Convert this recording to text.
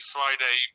Friday